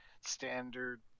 standard